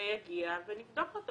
תגידו, כל מקרה יגיע ונבדוק אותו.